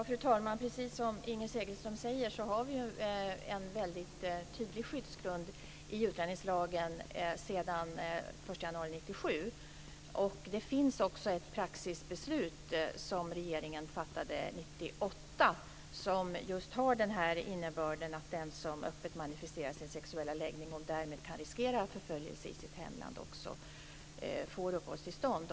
Fru talman! Precis som Inger Segelström säger har vi en väldigt tydlig skyddsgrund i utlänningslagen sedan den 1 januari 1997. Det finns också ett praxisbeslut som regeringen fattade 1998 som just har den innebörden att den som öppet manifesterar sin sexuella läggning och därmed kan riskera förföljelse i sitt hemland får uppehållstillstånd.